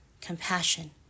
compassion